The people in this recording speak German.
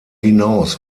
hinaus